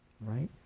right